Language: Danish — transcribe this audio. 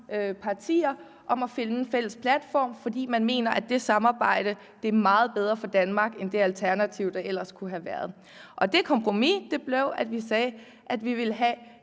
partier om at finde en fælles platform, fordi man mener, at det samarbejde er meget bedre for Danmark end det alternativ, der ellers kunne have været. Og det kompromis blev, at vi sagde, at vi ville have